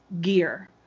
gear